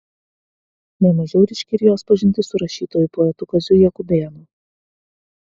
ne mažiau ryški ir jos pažintis su rašytoju poetu kaziu jakubėnu